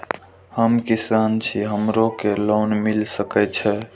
हमू किसान छी हमरो के लोन मिल सके छे?